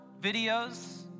videos